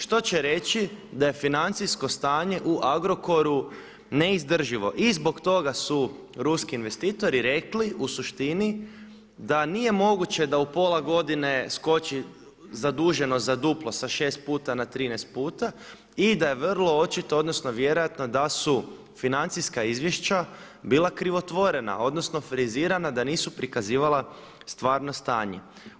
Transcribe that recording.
Što će reći da je financijsko stanje u Agrokoru neizdrživo i zbog toga su ruski investitori rekli u suštini, da nije moguće da u pola godine skoči zaduženost za duplo sa 6 puta na 13 puta i da je vrlo očito, odnosno vjerojatno da su financijska izvješća bila krivotvorena, odnosno frizirana da nisu prikazivala stvarno stanje.